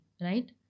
right